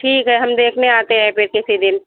ठीक है हम देखने आते हैं फिर किसी दिन